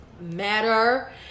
matter